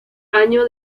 año